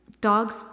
Dogs